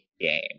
game